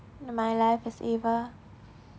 my life as eva